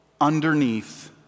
underneath